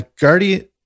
Guardian